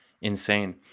Insane